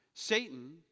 Satan